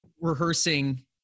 rehearsing